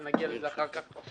אבל נגיע לזה אחר כך.